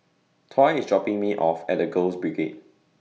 Tory IS dropping Me off At The Girls Brigade